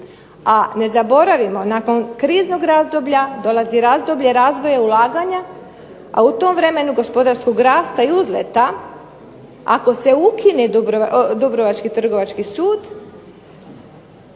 a ne zaboravimo nakon kriznog razdoblja dolazi razdoblje razvoja ulaganja, a u tom vremenu gospodarskog rasta i uzleta ako se ukine dubrovački Trgovački sud